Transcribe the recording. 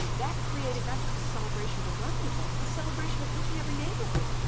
that created not just a celebration of the running event, a celebration of each and every neighborhood,